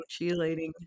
cheerleading